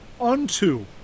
unto